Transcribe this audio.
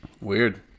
Weird